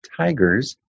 tigers